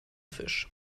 fish